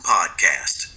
Podcast